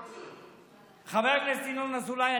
חבר הכנסת ינון אזולאי,